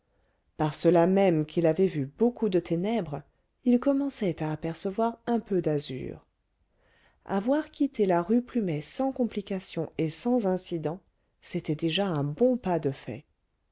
par cela même qu'il avait vu beaucoup de ténèbres il commençait à apercevoir un peu d'azur avoir quitté la rue plumet sans complication et sans incident c'était déjà un bon pas de fait